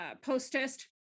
post-test